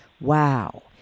Wow